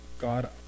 God